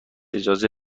اجازه